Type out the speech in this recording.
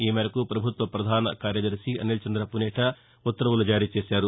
ఈమేరకు ప్రభుత్వ ప్రధాన కార్యదర్శి అనిల్ చంద్ర పునేఠా నిన్న ఉత్తర్వులు జారీ చేశారు